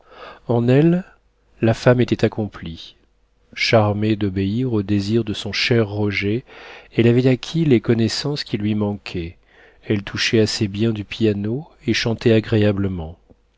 en elle la femme était accomplie charmée d'obéir aux désirs de son cher roger elle avait acquis les connaissances qui lui manquaient elle touchait assez bien du piano et chantait agréablement